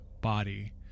body